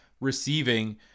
receiving